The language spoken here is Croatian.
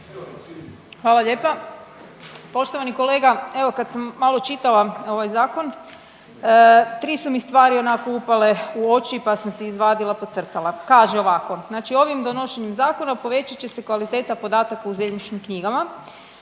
Hvala lijepa. Poštovani kolega evo kad sam malo čitala ovaj zakon 3 su mi stvari onako upale u oči pa sam si izvadila, podcrtala. Kaže ovako, znači ovim donošenjem zakona povećat će se kvaliteta podataka u zemljišnim knjigama.